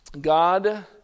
God